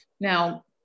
Now